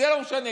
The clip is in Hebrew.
זה לא משנה,